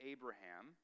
Abraham